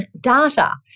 data